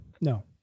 No